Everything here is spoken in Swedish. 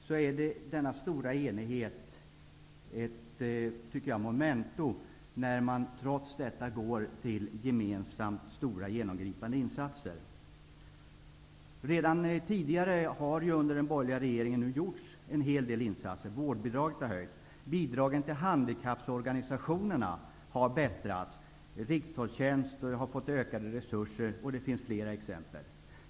Därför visar denna stora enighet att det ändå går att gemensamt göra stora genomgripande insatser. Redan tidigare har en del insatser genomförts under den borgliga regeringen. Vårdbidraget har höjts, bidragen till handikapporganisationerna har bättrats, rikstolktjänsten har fått ökade resurser, och det finns flera andra exempel.